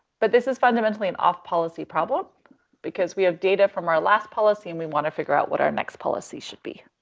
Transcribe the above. but this is fundamentally an off policy problem because we have data from our last policy and we wanna figure out what our next policy should be.